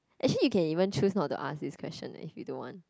actually you can even choose not to ask this question if you don't want